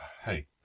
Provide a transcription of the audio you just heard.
hey